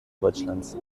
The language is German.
deutschlands